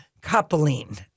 coupling